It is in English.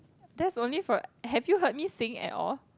that's only for have you heard me sing at all